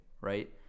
right